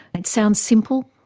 it sounds simple.